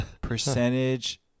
percentage